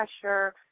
pressure